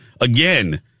again